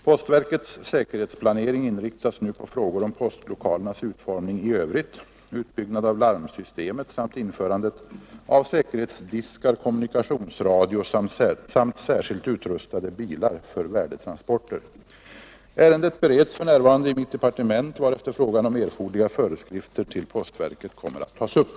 Postverkets säkerhetsplanering inriktas nu på frågor om postlokalernas utformning i övrigt, utbyggnad av larmsystemet samt införandet av säkerhetsdiskar, kommunikationsradio samt särskilt utrustade bilar för värdetransporter. Ärendet bereds för närvarande i mitt departement, varefter frågan om erforderliga föreskrifter till postverket kommer att tas upp.